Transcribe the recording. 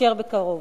יתאפשר בקרוב.